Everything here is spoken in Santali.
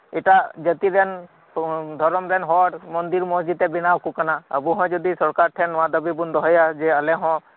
ᱮᱴᱟᱜ ᱡᱟᱹᱛᱤᱨᱮᱱ ᱫᱷᱚᱨᱚᱢ ᱨᱮᱱ ᱦᱚᱲ ᱢᱚᱱᱫᱤᱨ ᱢᱚᱥᱡᱤᱫ ᱮ ᱵᱮᱱᱟᱣ ᱟᱠᱩ ᱠᱟᱱᱟ ᱟᱵᱩᱦᱚᱸ ᱡᱚᱫᱤ ᱥᱚᱨᱠᱟᱨ ᱴᱷᱮᱱ ᱱᱚᱣᱟ ᱫᱟᱹᱵᱤ ᱵᱩᱱ ᱫᱚᱦᱚᱭᱟ ᱡᱮ ᱟᱞᱮ ᱦᱚᱸ